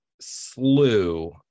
slew